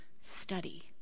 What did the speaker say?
study